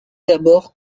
d’abord